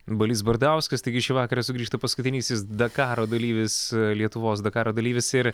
balys bardauskas taigi šį vakarą sugrįžta paskutinysis dakaro dalyvis lietuvos dakaro dalyvis ir